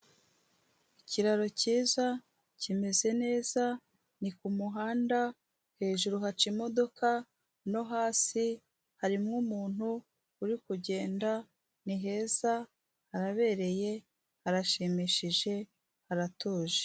Ikiraro cyiza, kimeze neza, ni ku muhanda, hejuru haca imodoka, no hasi harimo umuntu uri kugenda, ni heza, harabereye, harashimishije, haratuje.